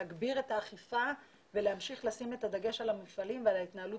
להגביר את האכיפה ולהמשיך לשים את הדגש על המפעלים ועל ההתנהלות